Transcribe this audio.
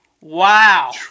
Wow